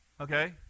Okay